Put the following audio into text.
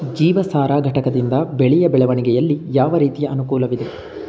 ಜೀವಸಾರ ಘಟಕದಿಂದ ಬೆಳೆಯ ಬೆಳವಣಿಗೆಯಲ್ಲಿ ಯಾವ ರೀತಿಯ ಅನುಕೂಲವಿದೆ?